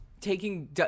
taking